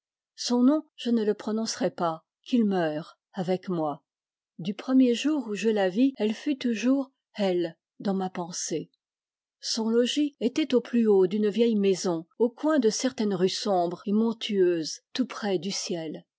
son nom je ne le prononcerai pas qu'il meure avec moi du premier jour où je la vis elle fut toujours elle dans ma pensée son logis était au plus haut d'une vieille maison au coin de certaine rue sombre et mon tueuse tout près du ciel